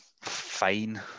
fine